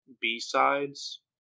B-sides